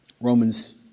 Romans